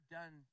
done